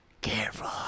careful